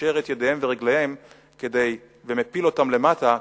קושר את ידיהם ורגליהם ומפיל אותם למטה,